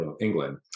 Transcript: England